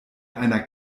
einer